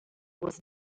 was